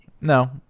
No